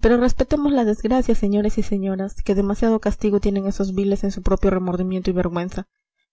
pero respetemos la desgracia señores y señoras que demasiado castigo tienen esos viles en su propio remordimiento y vergüenza